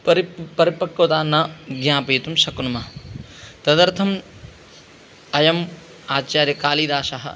परि परिपक्वता न ज्ञापयितुं शक्नुमः तदर्थम् अयम् आचार्यकालिदासः